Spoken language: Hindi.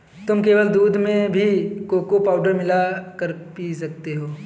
तुम केवल दूध में भी कोको पाउडर मिला कर पी सकते हो